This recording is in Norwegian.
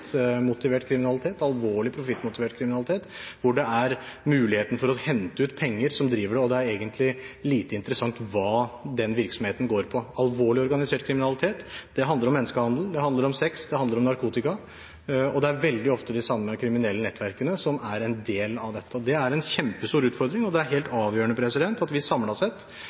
muligheten for å hente ut penger som driver det, og det er egentlig lite interessant hva den virksomheten handler om. Alvorlig organisert kriminalitet handler om menneskehandel, sex og narkotika, og det er veldig ofte de samme kriminelle nettverkene som er en del av dette. Det er en kjempestor utfordring, og det er helt avgjørende at vi samlet sett